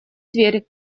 тверь